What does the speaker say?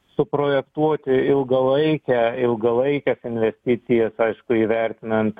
suprojektuoti ilgalaikę ilgalaikes investicijas aišku įvertinant